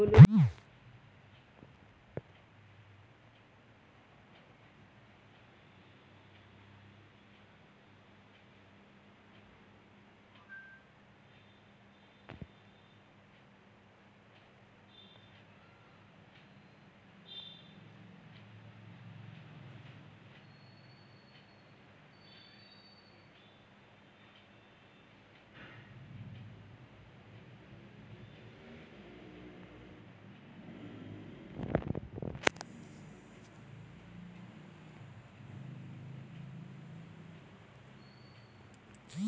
Loan డబ్బులు తిరిగి చెల్లించటానికి ఏ ప్లాన్ నేను ఎంచుకోవచ్చు?